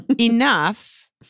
enough